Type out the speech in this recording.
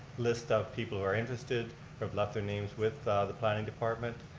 list of people who are interested who have left their names with the planning department.